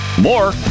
More